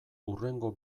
hurrengo